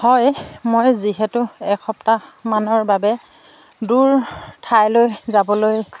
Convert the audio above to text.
হয় মই যিহেতু এসপ্তাহ মানৰ বাবে দূৰ ঠাইলৈ যাবলৈ